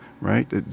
right